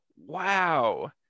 Wow